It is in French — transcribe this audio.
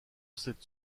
cette